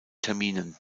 terminen